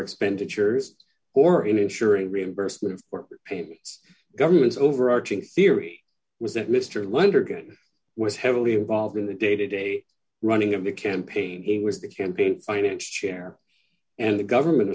expenditures or in insuring reimbursement or payments government's overarching theory was that mr wunderkind was heavily involved in the day to day running of the campaign he was the campaign finance chair and the government a